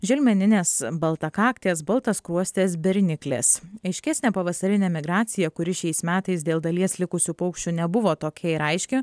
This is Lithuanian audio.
želmeninės baltakaktės baltaskruostės berniklės aiškesnė pavasarinė migracija kuri šiais metais dėl dalies likusių paukščių nebuvo tokia ir aiški